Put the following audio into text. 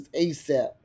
ASAP